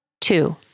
Two